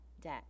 debt